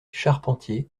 charpentier